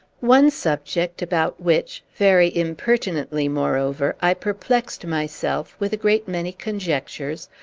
one subject, about which very impertinently, moreover i perplexed myself with a great many conjectures,